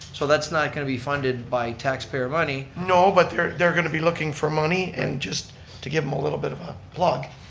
so that's not going to be funded by taxpayer money. no, but they're they're going to be looking for money and just to give em a little bit of a plug,